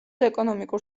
ეკონომიკურ